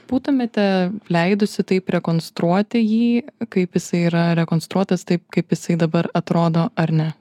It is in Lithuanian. būtumėte leidusi taip rekonstruoti jį kaip jisai yra rekonstruotas taip kaip jisai dabar atrodo ar ne